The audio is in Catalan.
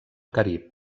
carib